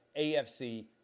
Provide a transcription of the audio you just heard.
AFC